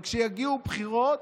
כשיגיעו בחירות,